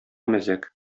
мәзәк